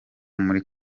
muri